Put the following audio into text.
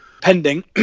pending